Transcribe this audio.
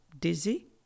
dizzy